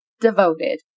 devoted